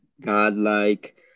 godlike